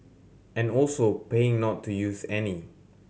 and also paying not to use any